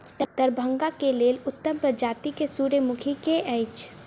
दरभंगा केँ लेल उत्तम प्रजाति केँ सूर्यमुखी केँ अछि?